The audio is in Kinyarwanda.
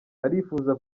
arifuza